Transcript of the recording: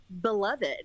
beloved